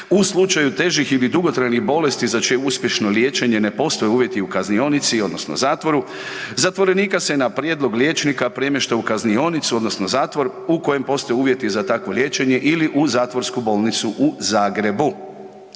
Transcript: „u slučaju težih ili dugotrajnih bolesti za čije uspješno liječenje ne postoje uvjeti u kaznionici odnosno zatvoru zatvorenika se na prijedlog liječnika premješta u kaznionicu odnosno zatvor u kojem postoje uvjeti za takvo liječenje ili u zatvorsku bolnicu u Zagrebu.